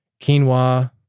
quinoa